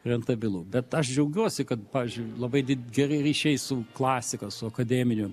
rentabilu bet aš džiaugiuosi kad pavyzdžiui labai geri ryšiai su klasika su akademiniu